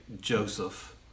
Joseph